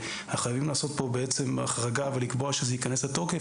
חייבים לעשות כאן החרגה ולקבוע שהסעיף הזה ייכנס לתוקף,